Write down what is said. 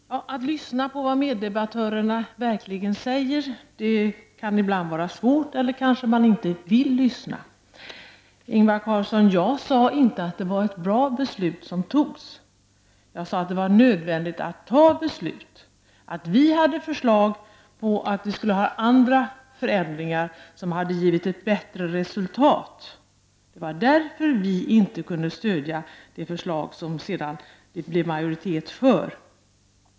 Herr talman! Att lyssna på vad meddebattörerna verkligen säger kan ibland vara svårt, eller också vill man kanske inte lyssna. Ingvar Karlsson i Bengtsfors! Jag sade inte att det var ett bra beslut som fattades utan att det var nödvändigt att fatta beslut. Vi hade föreslagit andra förändringar som hade gett ett bättre resultat. Det var därför som vi inte kunde stödja det förslag som det blev majoritet för.